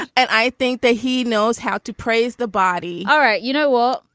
and i think that he knows how to praise the body. all right. you know what?